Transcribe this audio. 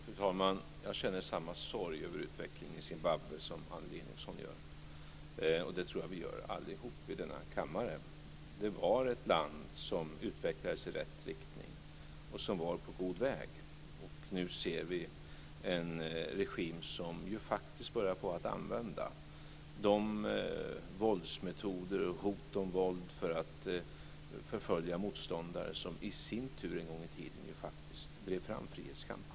Fru talman! Jag känner samma sorg över utvecklingen i Zimbabwe som Annelie Enochson gör. Det tror jag att vi gör allihop i denna kammare. Det var ett land som utvecklades i rätt riktning och som var på god väg. Och nu ser vi en regim som faktiskt börjar använda de våldsmetoder och hot om våld för att förfölja motståndare som i sin tur en gång i tiden ju faktiskt drev fram frihetskampen.